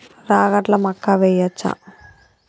రాగట్ల మక్కా వెయ్యచ్చా?